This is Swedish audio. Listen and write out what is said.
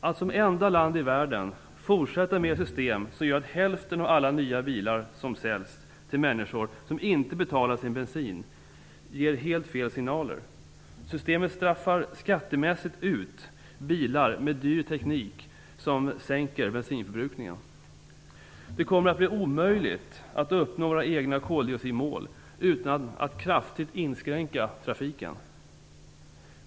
Att som enda land i världen fortsätta med ett system som gör att hälften av alla nya bilar säljs till människor som inte betalar sin bensin ger helt fel signaler. Systemet straffar skattemässigt ut bilar med dyr teknik som innebär en sänkning av bensinförbrukningen. Det kommer att bli omöjligt att uppnå våra egna koldioxidmål utan att kraftigt inskränka trafiken.